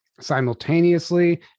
simultaneously